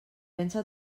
pensa